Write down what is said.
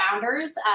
founders